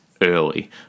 early